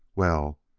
well,